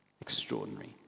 Extraordinary